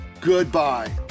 goodbye